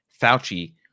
Fauci